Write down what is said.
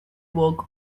work